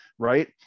right